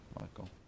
Michael